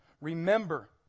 Remember